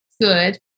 good